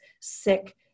sick